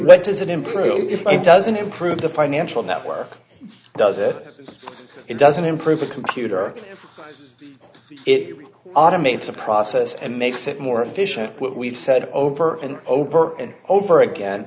what does it improve if it doesn't improve the financial network does it it doesn't improve the computer it automates a process and makes it more efficient what we've said over and over and over again